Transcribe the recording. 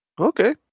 Okay